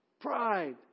pride